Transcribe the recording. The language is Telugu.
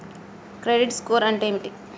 క్రెడిట్ స్కోర్ అంటే ఏమిటి?